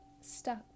stuck